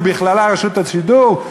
ובכללה רשות השידור,